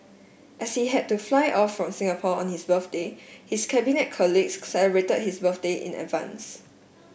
as he had to fly off from Singapore on his birthday his Cabinet colleagues celebrated his birthday in advance